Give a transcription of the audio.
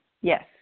yes